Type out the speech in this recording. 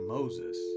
Moses